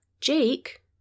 Jake